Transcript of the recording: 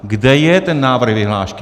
Kde je ten návrh vyhlášky?